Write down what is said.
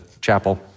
chapel